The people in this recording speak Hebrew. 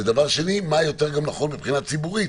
ודבר שני, מה גם יותר נכון מבחינה ציבורית.